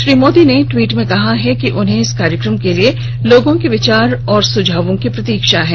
श्री मोदी ने टवीट में कहा है कि उन्हें इस कार्यक्रम के लिए लोगों के विचार और सुझाओं की प्रतीक्षा है